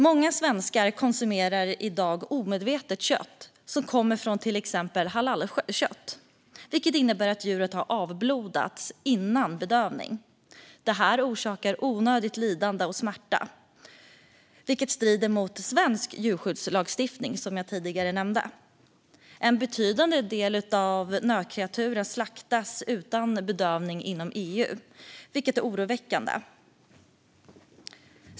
Många svenskar konsumerar i dag, omedvetet, kött som kommer från till exempel djur som har halalslaktats, vilket innebär att djuret har avblodats innan bedövning. Detta orsakar onödigt lidande och smärta, vilket strider mot svensk djurskyddslagstiftning, som jag tidigare nämnde. En betydande del av nötkreaturen inom EU slaktas utan bedövning, vilket är oroväckande.